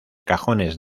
cajones